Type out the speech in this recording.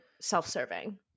self-serving